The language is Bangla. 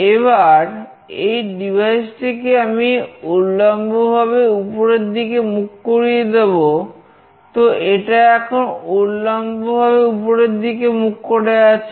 এবার এই ডিভাইস টিকে আমি উল্লম্বভাবে উপরের দিকে মুখ করিয়ে দেব তো এটা এখন উল্লম্বভাবে উপরের দিকে মুখ করে আছে